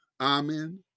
Amen